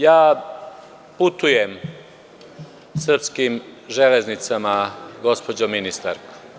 Ja putujem srpskim železnicama, gospođo ministarka.